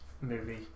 movie